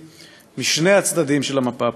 משני הצדדים של המפה הפוליטית.